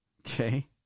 Okay